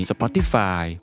Spotify